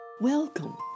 Welcome